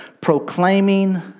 Proclaiming